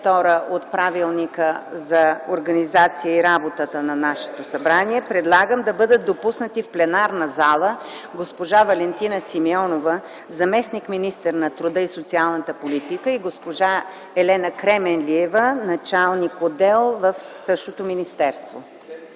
от Правилника за организацията и дейността на Народното събрание предлагам да бъдат допуснати в пленарната зала госпожа Валентина Симеонова – заместник-министър на труда и социалната политика и госпожа Елена Кременлиева – началник отдел в същото министерство.